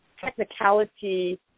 technicality